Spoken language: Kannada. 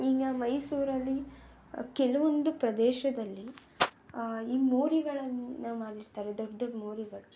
ಈಗ ಮೈಸೂರಲ್ಲಿ ಕೆಲವೊಂದು ಪ್ರದೇಶದಲ್ಲಿ ಈ ಮೋರಿಗಳನ್ನು ಮಾಡಿರ್ತಾರೆ ದೊಡ್ಡ ದೊಡ್ಡ ಮೋರಿಗಳು